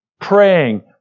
praying